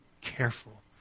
careful